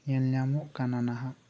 ᱧᱮᱞ ᱧᱟᱢᱚᱜ ᱠᱟᱱᱟ ᱱᱟᱦᱟᱜ